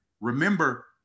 Remember